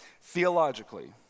theologically